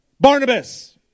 Barnabas